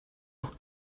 noch